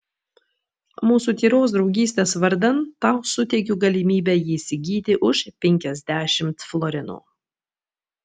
mūsų tyros draugystės vardan tau suteikiu galimybę jį įsigyti už penkiasdešimt florinų